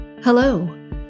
Hello